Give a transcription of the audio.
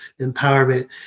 empowerment